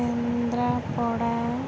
Kendrapara